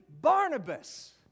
Barnabas